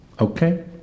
Okay